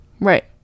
Right